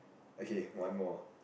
okay one more